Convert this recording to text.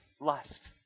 lust